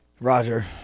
Roger